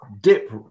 dip